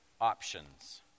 options